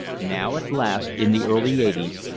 now at last, in the early eighties,